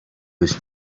was